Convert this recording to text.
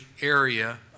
area